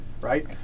right